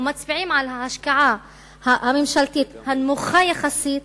ומצביעים על ההשקעה הממשלתית הנמוכה יחסית